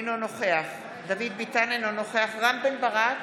אינו נוכח דוד ביטן, אינו נוכח רם בן ברק,